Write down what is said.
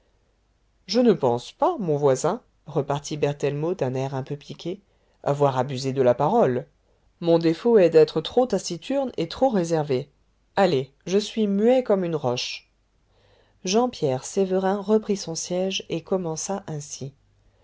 je ne pense pas mon voisin repartit berthellemot d'un air un peu piqué avoir abusé de la parole mon défaut est d'être trop taciturne et trop réservé allez je suis muet comme une roche jean pierre sévérin reprit son siège et commença ainsi